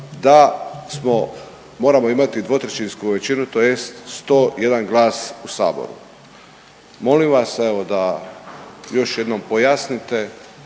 da moramo imati dvotrećinsku većinu, tj. 101 glas u Saboru. Molim vas evo da još jednom pojasnite